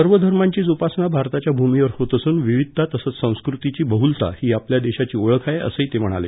सर्व धर्मांची जोपासना भारताच्या भूमीवर होत असून विविधता तसंच संस्कृतीची बहुलता ही आपल्या देशाची ओळख आहे असंही ते म्हणाले